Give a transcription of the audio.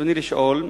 ברצוני לשאול: